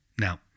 Now